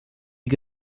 que